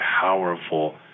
powerful